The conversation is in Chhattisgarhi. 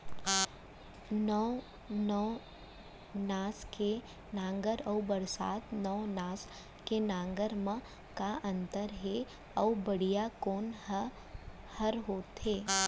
नौ नवनास के नांगर अऊ बरसात नवनास के नांगर मा का अन्तर हे अऊ बढ़िया कोन हर होथे?